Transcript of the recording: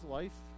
life